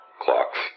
Clocks